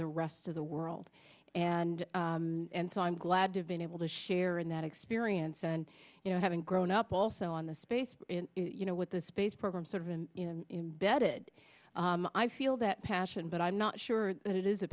the rest of the world and and so i'm glad to have been able to share in that experience and you know having grown up also on the space you know with the space program sort of in bedded i feel that passion but i'm not sure that it is a